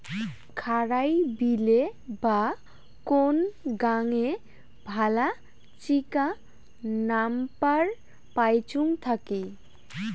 খারাই বিলে বা কোন গাঙে ভালা চিকা নাম্পার পাইচুঙ থাকি